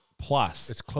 plus